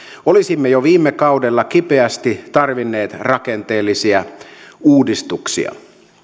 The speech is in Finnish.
olisimme jo viime kaudella kipeästi tarvinneet rakenteellisia uudistuksia